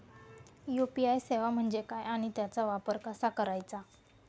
UPI सेवा म्हणजे काय आणि त्याचा वापर कसा करायचा?